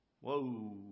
Whoa